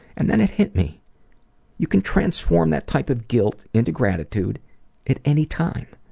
and then it hit me you can transform that type of guilt into gratitude at any time.